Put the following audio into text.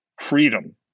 freedom